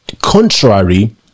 contrary